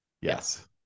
Yes